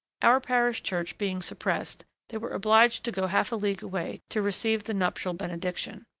our parish church being suppressed, they were obliged to go half a league away to receive the nuptial benediction.